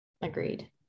Agreed